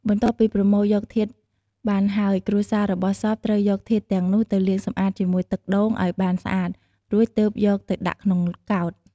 បន្ទប់ពីប្រមូលយកធាតុបានហើយ គ្រួសាររបស់សពត្រូវយកធាតុទាំងនោះទៅលាងសម្អាតជាមួយទឹកដូងឲ្យបានស្អាតរួចទើបយកទៅដាក់ក្នុងកោដ្ឋ។